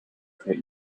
their